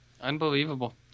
Unbelievable